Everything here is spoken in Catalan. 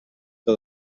que